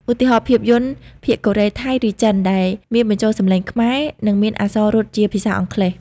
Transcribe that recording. ឧទាហរណ៍ ភាពយន្តភាគកូរ៉េ ថៃ ឬចិន ដែលមានបញ្ចូលសំឡេងខ្មែរ និងមានអក្សររត់ជាភាសាអង់គ្លេស។